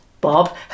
Bob